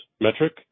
metric